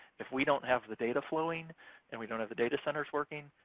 if we don't have the data flowing and we don't have the data centers working,